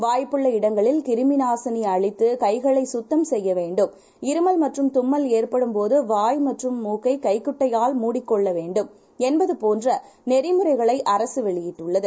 வாய்ப்புள்ளஇடங்களில்கிருமிநாசினிஅளித்துகைகளைசுத்தம்செய்யவேண்டும்இரு மல்மற்றும்தும்மல்ஏற்படும்போதுவாய்மற்றும்மூக்கைகைக்குட்டையால்மூடிக்கொ ள்ளவேண்டும்என்பதுபோன்றநெறிமுறைகளைஅரசுவெளியிட்டுள்ளது